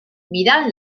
mirant